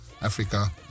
Africa